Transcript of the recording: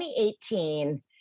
2018